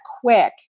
quick